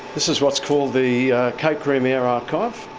this is what's called the cape grim air archive.